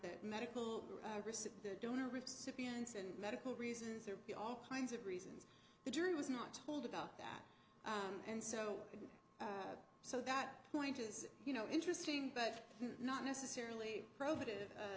that medical donor recipients and medical reasons there be all kinds of reasons the jury was not told about that and so so that point is you know interesting but not necessarily probative